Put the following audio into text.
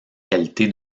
qualité